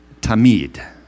tamid